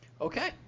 Okay